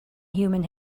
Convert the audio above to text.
human